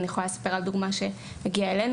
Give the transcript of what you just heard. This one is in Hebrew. אני יכולה לספר על דוגמה שהגיעה אלינו,